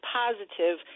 positive